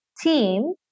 team